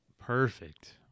Perfect